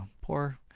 poor